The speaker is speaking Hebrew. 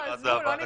עזבו.